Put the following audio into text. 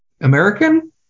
American